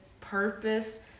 purpose